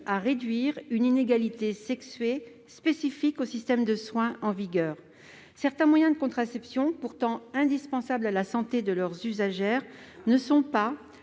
à réduire une inégalité sexuée spécifique au système de soins en vigueur. Certains moyens de contraception, pourtant indispensables à la santé de leurs usagères, ne sont pas